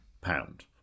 pound